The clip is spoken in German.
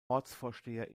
ortsvorsteher